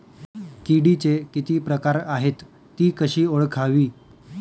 किडीचे किती प्रकार आहेत? ति कशी ओळखावी?